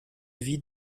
vie